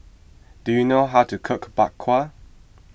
do you know how to cook Bak Kwa